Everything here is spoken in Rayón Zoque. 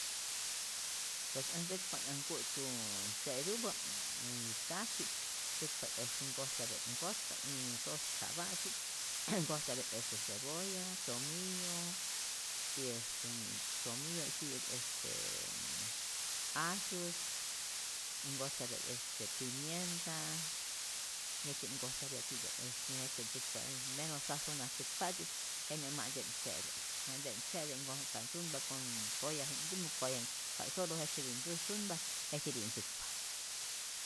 Pues äj ntzäkpa't äj nku'tkuuu se'tupä, ä kasyi ntzäkpa't este nkojtapya't nkotpa't sojskapa'tzi, nkojtapya't este cebolla, tomillo y este tomillo y ti'yäk est axus y nkojtapya't este pimienta y jejtzye't nkojtapya titya'p y jejtzye't ntzäkpa mejor sasonatzäkpa'tzi, jenyap ma'nte't se'te, ma'nte't se'te, nkoj ka't sunpa con koyaji'ktumä koyaji'k. ka solo jejtzye tzutz sunpa jejtzye'ti't ntzäkpa.